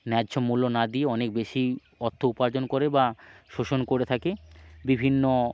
ন্যায্য মূল্য না দিয়ে অনেক বেশি অর্থ উপার্জন করে বা শোষণ করে থাকে বিভিন্ন